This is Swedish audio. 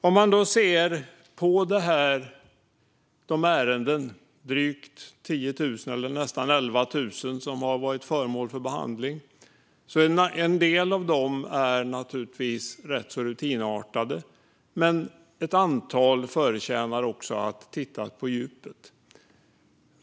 Om man ser på de drygt 10 000 eller nästan 11 000 ärenden som varit föremål för behandling är en del av dem naturligtvis rätt så rutinartade. Men ett antal förtjänar att man tittar på djupet.